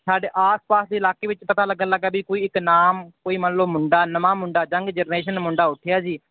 ਸਾਡੇ ਆਸ ਪਾਸ ਦੇ ਇਲਾਕੇ ਵਿੱਚ ਪਤਾ ਲੱਗਣ ਲੱਗਾ ਵੀ ਕੋਈ ਇੱਕ ਨਾਮ ਕੋਈ ਮੰਨ ਲਓ ਮੁੰਡਾ ਨਵਾਂ ਮੁੰਡਾ ਜੰਗ ਜਨਰੇਸ਼ਨ ਮੁੰਡਾ ਉੱਠਿਆ ਜੀ